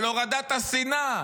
על הורדת השנאה.